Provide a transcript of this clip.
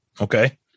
Okay